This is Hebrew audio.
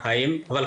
יום רביעי 13.10.21,